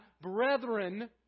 brethren